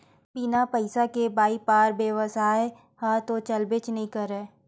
बिन पइसा के बइपार बेवसाय ह तो चलबे नइ करय